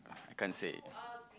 I can't say